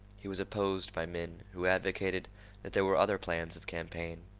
he was opposed by men who advocated that there were other plans of campaign.